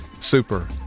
Super